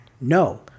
no